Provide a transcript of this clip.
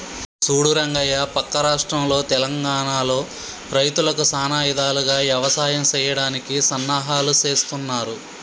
సూడు రంగయ్య పక్క రాష్ట్రంలో తెలంగానలో రైతులకు సానా ఇధాలుగా యవసాయం సెయ్యడానికి సన్నాహాలు సేస్తున్నారు